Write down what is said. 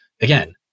again